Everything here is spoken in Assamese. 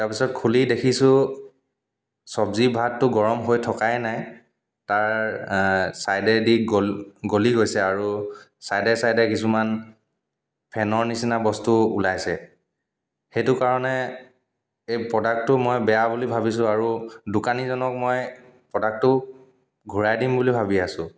তাৰপিছত খুলি দেখিছোঁ চব্জি ভাতটো গৰম হৈ থকাই নাই তাৰ ছাইডেদি গল গলি গৈছে আৰু ছাইডে ছইডে কিছুমান ফেনৰ নিচিনা বস্তু ওলাইছে সেইটো কাৰণে এই প্ৰডাক্টটো মই বেয়া বুলি ভাবিছোঁ আৰু দোকানীজনক মই প্ৰডাক্টটো ঘূৰাই দিম বুলি ভাবি আছোঁ